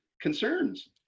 concerns